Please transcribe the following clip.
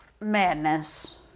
madness